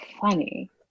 funny